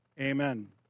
Amen